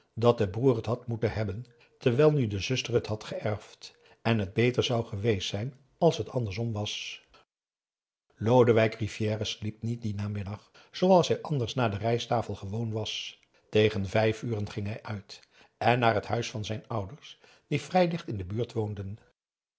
dat de broer het had moeten hebben terwijl nu de zuster het had geërfd en het beter zou geweest zijn als het andersom was lodewijk rivière sliep niet dien namiddag zooals hij anders na de rijsttafel gewoon was tegen vijf uren ging hij uit en naar het huis van zijn ouders die vrij dicht in de buurt woonden